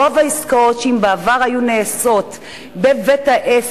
שבעבר רוב העסקאות נעשו בבית-העסק,